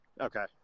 Okay